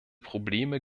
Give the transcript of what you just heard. probleme